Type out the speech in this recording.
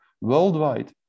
worldwide